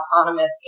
autonomous